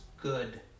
good